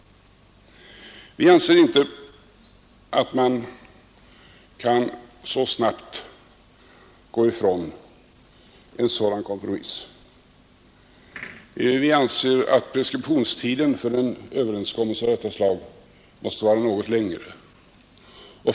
Vi anser inte att man kan så snabbt gå ifrån en sådan kompromiss. Vi anser att preskriptionstiden för en överenskommelse av detta slag måste vara något längre.